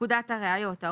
פקודת הראיות (נוסח חדש),